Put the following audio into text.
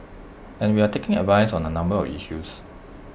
and we're taking advice on A number of issues